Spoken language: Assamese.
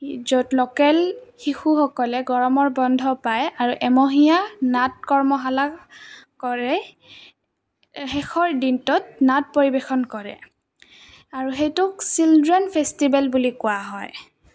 য'ত লোকেল শিশুসকলে গৰমৰ বন্ধ পায় আৰু এমহীয়া নাট কৰ্মশালা কৰে শেষৰ দিনটোত নাট পৰিৱেশন কৰে আৰু সেইটোক চিল্ড্ৰেন ফেষ্টিভেল বুলি কোৱা হয়